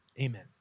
amen